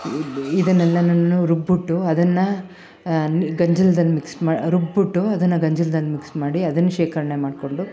ಇದು ಇದನ್ನೆಲ್ಲ ನಾನು ರುಬ್ಬಿಟ್ಟು ಅದನ್ನು ನಿ ಗಂಜಲದಲ್ಲಿ ಮಿಕ್ಸ್ ಮಾ ರುಬ್ಬಿಟ್ಟು ಅದನ್ನು ಗಂಜಲದಲ್ಲಿ ಮಿಕ್ಸ್ ಮಾಡಿ ಅದನ್ನು ಶೇಖರಣೆ ಮಾಡಿಕೊಂಡು